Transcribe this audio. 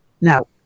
Now